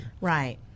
Right